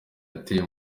ateye